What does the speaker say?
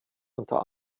unter